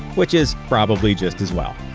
which is probably just as well.